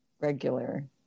Regular